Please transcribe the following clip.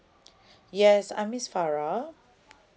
yes I'm miss farah